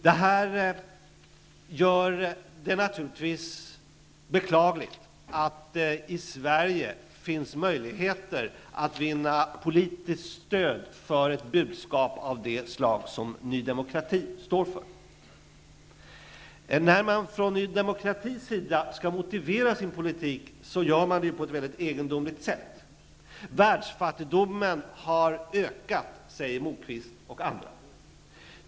Det är naturligtvis beklagligt att det i Sverige finns möjligheter att vinna politiskt stöd för ett budskap av det slag som det Ny demokrati står för. När man från Ny demokratis sida skall motivera sin politik, gör man det på ett egendomligt sätt. Världsfattigdomen har ökat, säger Lars Moquist och andra.